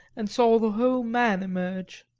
and saw the whole man emerge.